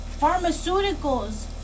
pharmaceuticals